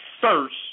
first